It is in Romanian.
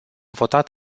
votat